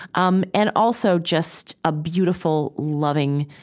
um and also, just a beautiful, loving,